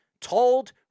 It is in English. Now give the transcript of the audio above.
told